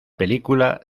película